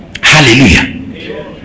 hallelujah